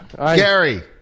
Gary